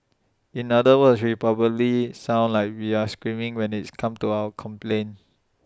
in other words we probably sound like we're screaming when its comes to our complaints